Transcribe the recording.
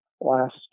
last